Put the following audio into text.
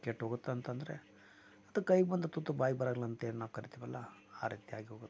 ಕೆಟ್ಟೋಗುತ್ತೆ ಅಂತಂದರೆ ಅದು ಕೈಗೆ ಬಂದ ತುತ್ತು ಬಾಯಿಗೆ ಬರಲ್ಲ ಅಂತ ಏನು ನಾವು ಕರಿತಿವಲ್ಲ ಆ ರೀತಿಯಾಗಿ ಹೋಗುತ್ತೆ